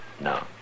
No